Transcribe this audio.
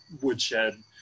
woodshed